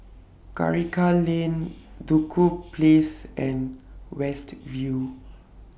Karikal Lane Duku Place and West View